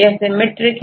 यह सिमिट्रिक है